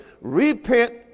repent